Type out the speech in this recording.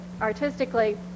artistically